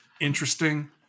interesting